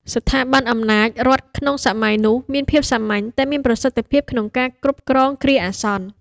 ស្ថាប័នអំណាចរដ្ឋក្នុងសម័យនោះ មានភាពសាមញ្ញតែមានប្រសិទ្ធភាពក្នុងការគ្រប់គ្រងគ្រាអាសន្ន។